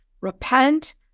repent